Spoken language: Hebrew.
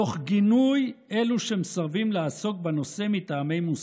תוך גינוי אלו שמסרבים לעסוק בנושא מטעמי מוסר.